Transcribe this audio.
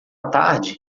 tarde